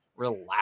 Relax